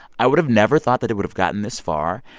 i would have never thought that it would have gotten this far.